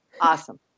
Awesome